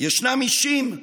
"ישנם אישים,